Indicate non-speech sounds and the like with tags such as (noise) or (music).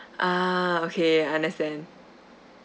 (breath) ah okay understand